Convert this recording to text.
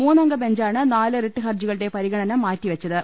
മൂന്നംഗ ബെഞ്ചാണ് നാല് റിട്ട് ഹർജികളുടെ പരിഗണന മാറ്റി വെച്ചത്